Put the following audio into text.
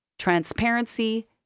transparency